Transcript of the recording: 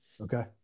Okay